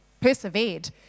persevered